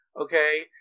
okay